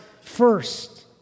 first